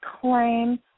claim